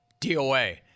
DOA